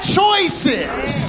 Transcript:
choices